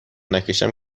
نکشم